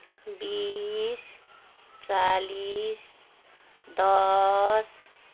बिस चालिस दस